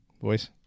voice